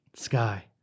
sky